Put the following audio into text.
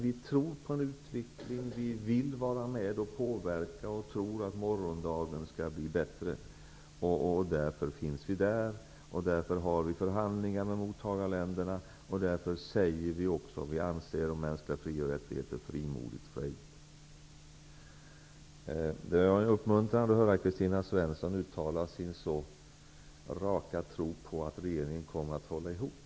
Vi tror på en utveckling. Vi vill vara med och påverka, och vi tror att morgondagen skall bli bättre. Därför finns vi där. Därför har vi förhandlingar med mottagarländerna och säger vad vi anser om mänskliga fri och rättigheter frimodigt och frejdigt. Det var uppmuntrande att höra Kristina Svensson uttala sin raka tro på att regeringen kommer att hålla ihop.